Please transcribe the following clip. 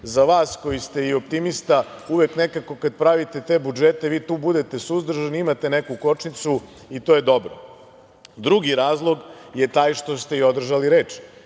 Za vas koji ste i optimista uvek nekako kad pravite te budžete vi tu budete suzdržani, imate neku kočnicu i to je dobro. Drugi razlog je taj što ste i održali reč.